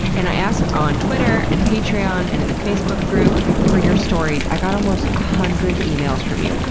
and i asked on twitter and patreon and in the facebook group for your stories. i got almost a hundred emails from you.